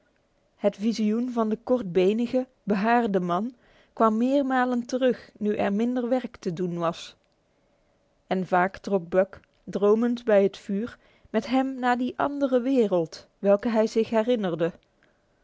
het visioen van den kortbenigen behaarden man kwam meermalen terug nu er minder werk te doen was en vaak trok buck dromend bij het vuur met hem naar die andere wereld welke hij zich herinnerde